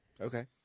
Okay